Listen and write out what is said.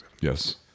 Yes